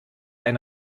ein